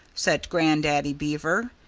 said grandaddy beaver.